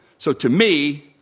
so, to me,